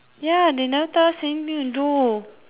ya they never tell us anything to do